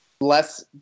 less